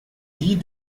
die